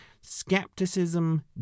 skepticism